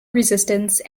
resistance